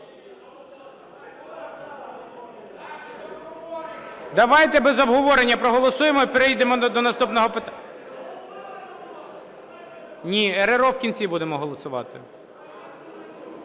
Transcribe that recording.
Давайте без обговорення проголосуємо і перейдемо до наступного питання. (Шум у залі) Ні, РРО в кінці будемо голосувати.